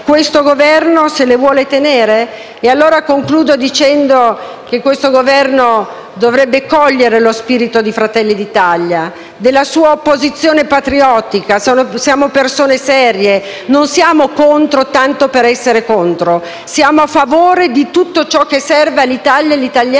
questo Governo se le vuole tenere? Il Governo dovrebbe cogliere lo spirito di Fratelli d'Italia, della sua opposizione patriottica. Siamo persone serie, non siamo contro tanto per essere contro; siamo a favore di tutto ciò che serve all'Italia e agli italiani